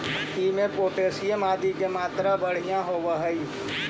इमें पोटाशियम आदि के मात्रा बढ़िया होवऽ हई